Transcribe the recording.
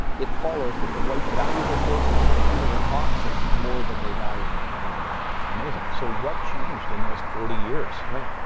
it follows that the whites value their horses and even there oxen more than they value the natives. amazing! so what changed in those forty years?